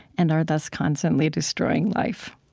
and are thus constantly destroying life.